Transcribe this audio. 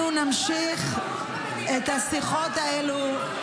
אתם נשענים על ממשל זר?